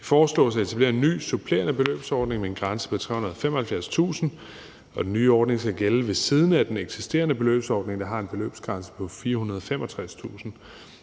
Det foreslås at etablere en ny supplerende beløbsordning med en grænse på 375.000 kr., og den nye ordning skal gælde ved siden af den eksisterende beløbsordning, der har en beløbsgrænse på 465.000 kr.